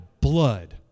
blood